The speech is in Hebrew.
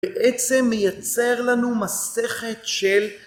בעצם מייצר לנו מסכת של